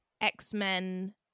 X-Men